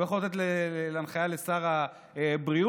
הוא יכול לתת הנחיה לשר הבריאות,